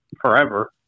forever